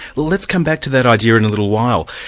let's come back to that idea in a little while.